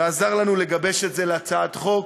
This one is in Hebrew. ועזר לנו לגבש את זה להצעת חוק,